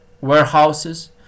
warehouses